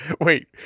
Wait